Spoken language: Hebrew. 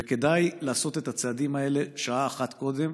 וכדאי לעשות את הצעדים האלה שעה אחת קודם.